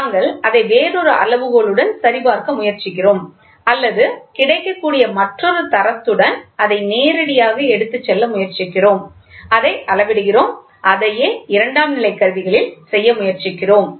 நாங்கள் அதை வேறொரு அளவுகோல் உடன் சரிபார்க்க முயற்சிக்கிறோம் அல்லது கிடைக்கக்கூடிய மற்றொரு தரத்துடன் அதை நேரடியாக எடுத்துச் செல்ல முயற்சிக்கிறோம் அதை அளவிடுகிறோம் அதையே இரண்டாம் நிலை கருவிகளில் செய்ய முயற்சிக்கிறோம்